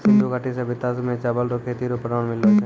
सिन्धु घाटी सभ्यता मे चावल रो खेती रो प्रमाण मिललो छै